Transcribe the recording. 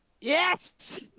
Yes